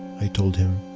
i told him.